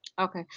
Okay